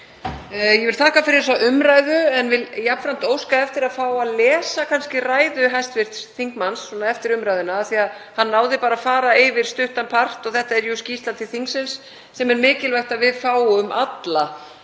Ég vil þakka fyrir þessa umræðu en vil jafnframt óska eftir að fá að lesa ræðu hæstv. ráðherra eftir umræðuna af því að hann náði bara að fara yfir stuttan part og þetta er jú skýrsla til þingsins sem er mikilvægt að við fáum alla